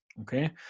Okay